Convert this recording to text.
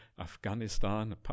Afghanistan